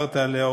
שדיברת עליה,